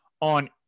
on